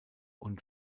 und